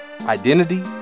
identity